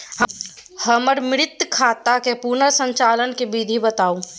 हमर मृत खाता के पुनर संचालन के विधी बताउ?